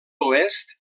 oest